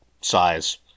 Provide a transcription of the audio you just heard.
size